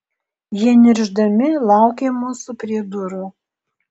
jie niršdami laukė mūsų prie durų